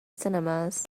cinemas